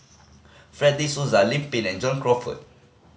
Fred De Souza Lim Pin and John Crawfurd